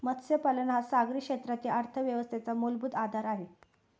मत्स्यपालन हा सागरी क्षेत्रातील अर्थव्यवस्थेचा मूलभूत आधार आहे